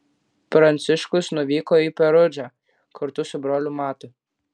pranciškus nuvyko į perudžą kartu su broliu matu